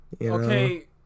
okay